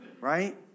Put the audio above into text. Right